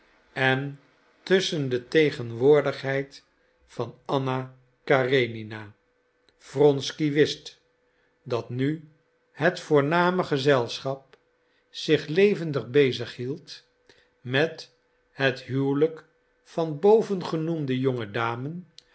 en tusschen de tegenwoordigheid van anna karenina wronsky wist dat nu het voorname gezelschap zich levendig bezig hield met het huwelijk van bovengenoemde